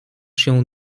się